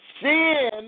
Sin